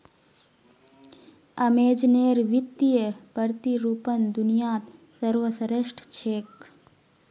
अमेज़नेर वित्तीय प्रतिरूपण दुनियात सर्वश्रेष्ठ छेक